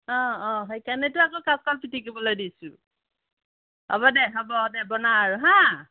অ' অ' সেইকাৰণেটো আকৌ কাচকল পিটিকিবলৈ দিছোঁ হ'ব দে হ'ব দে বনা আৰু হা